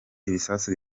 ibisasu